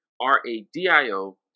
R-A-D-I-O